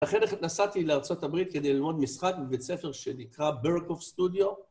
אחרי שנסעתי לארה״ב כדי ללמוד משחק בבית הספר שנקרא ברקוב סטודיו.